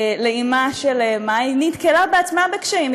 לאמה של מאי, נתקלה בעצמה בקשיים.